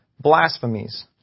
blasphemies